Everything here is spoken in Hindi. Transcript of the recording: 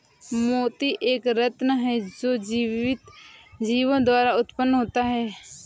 मोती एक रत्न है जो जीवित जीवों द्वारा उत्पन्न होता है